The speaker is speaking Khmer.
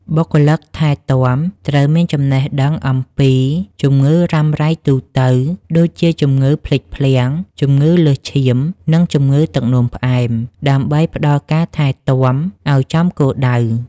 បុគ្គលិកថែទាំត្រូវមានចំណេះដឹងអំពីជំងឺរ៉ាំរ៉ៃទូទៅ ដូចជាជំងឺភ្លេចភ្លាំង ជំងឺលើសឈាម និងជំងឺទឹកនោមផ្អែម ដើម្បីផ្ដល់ការថែទាំឱ្យចំគោលដៅ។